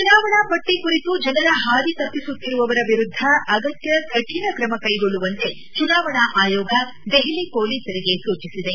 ಚುನಾವಣಾ ಪಟ್ಟಿ ಕುರಿತು ಜನರ ಹಾದಿ ತಪ್ಪಿಸುತ್ತಿರುವವರ ವಿರುದ್ದ ಅಗತ್ತ ಕಠಿಣ ಕ್ರಮ ಕೈಗೊಳ್ಳುವಂತೆ ಚುನಾವಣಾ ಆಯೋಗ ದೆಹಲಿ ಪೊಲೀಸರಿಗೆ ಸೂಚಿಸಿದೆ